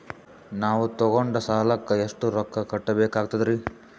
ನಾವು ತೊಗೊಂಡ ಸಾಲಕ್ಕ ಎಷ್ಟು ರೊಕ್ಕ ಕಟ್ಟಬೇಕಾಗ್ತದ್ರೀ?